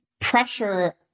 pressure